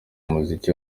umuziki